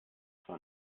zwar